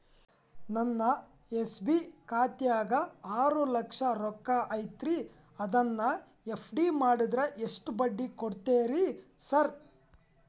ನನ್ನ ಎಸ್.ಬಿ ಖಾತ್ಯಾಗ ಆರು ಲಕ್ಷ ರೊಕ್ಕ ಐತ್ರಿ ಅದನ್ನ ಎಫ್.ಡಿ ಮಾಡಿದ್ರ ಎಷ್ಟ ಬಡ್ಡಿ ಕೊಡ್ತೇರಿ ಸರ್?